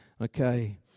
Okay